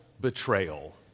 betrayal